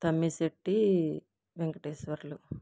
Tammisetti Venkateswarlu